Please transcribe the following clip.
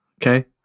okay